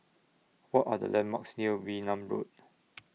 What Are The landmarks near Wee Nam Road